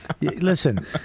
Listen